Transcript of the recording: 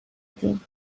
دین